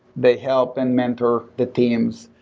they help and mentor the teams,